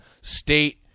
State